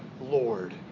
Lord